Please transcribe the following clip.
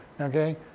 Okay